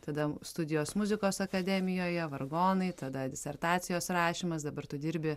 tada studijos muzikos akademijoje vargonai tada disertacijos rašymas dabar tu dirbi